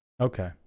Okay